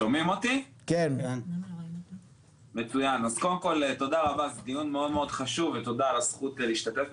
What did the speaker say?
אז קודם כל תודה רבה זה דיון מאוד חשוב ותודה על הזכות להשתתף,